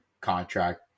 contract